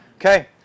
Okay